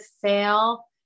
fail